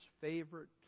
favorite